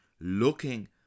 looking